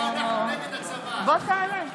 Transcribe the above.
שלמה, בוא תעלה.